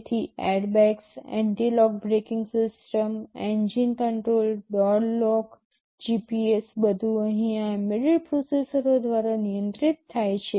તેથી airbags anti lock braking systems engine control door lock GPS બધું અહીં આ એમ્બેડેડ પ્રોસેસરો દ્વારા નિયંત્રિત થાય છે